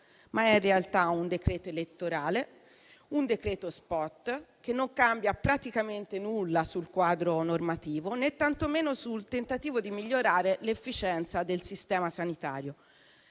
tratta in realtà di un decreto elettorale, un provvedimento *spot* che non cambia praticamente nulla sul quadro normativo, né tantomeno sul tentativo di migliorare l'efficienza del sistema sanitario.